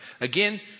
Again